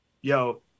yo